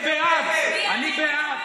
אני בעד, אני בעד.